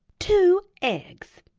two eggs!